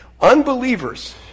unbelievers